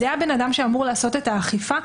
זה הבן אדם שאמור לעשות את האכיפה?